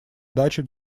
дачи